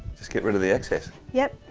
just get rid of the excess yep.